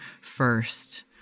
first